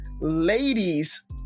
ladies